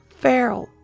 feral